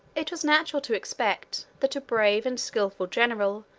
it was natural to expect, that a brave and skilful general,